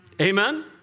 Amen